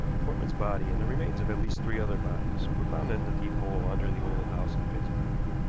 portman's body and the remains of at least three other bodies were found in the deep hole under the old house in finsbury.